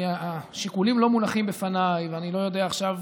השיקולים לא מונחים בפניי ואני לא יודע עכשיו,